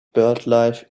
birdlife